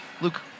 Luke